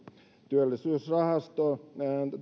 työllisyysrahaston